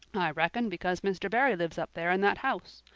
i reckon because mr. barry lives up there in that house.